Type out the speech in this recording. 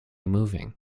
moving